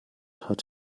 hat